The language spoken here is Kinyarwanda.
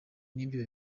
nibyo